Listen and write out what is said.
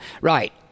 Right